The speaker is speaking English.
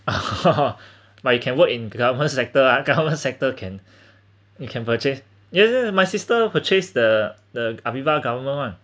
but you can work in government sector lah government sector can you can purchase yes yes yes my sister purchase the the Aviva government [one]